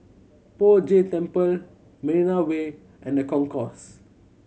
Poh Jay Temple Marina Way and The Concourse